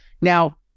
Now